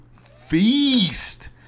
feast